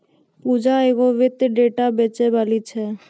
पूजा एगो वित्तीय डेटा बेचैबाली छै